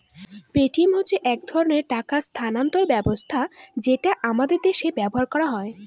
Paytm হচ্ছে এক ধরনের টাকা স্থানান্তর ব্যবস্থা যেটা আমাদের দেশে ব্যবহার করা হয়